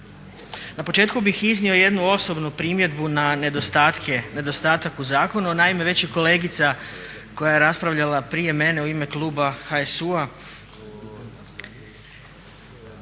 Na početku bih iznio jednu osobnu primjedbu na nedostatak u zakonu. Naime, već je kolegica koja je raspravljala prije mene u ime kluba HSU-a